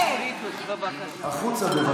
החוצה.